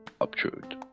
obtrude